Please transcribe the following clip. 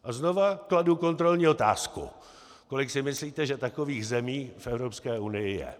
A znova kladu kontrolní otázku: Kolik si myslíte, že takových zemí v Evropské unii je?